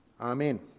Amen